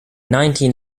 nineteen